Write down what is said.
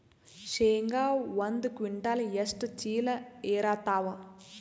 ಶೇಂಗಾ ಒಂದ ಕ್ವಿಂಟಾಲ್ ಎಷ್ಟ ಚೀಲ ಎರತ್ತಾವಾ?